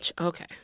Okay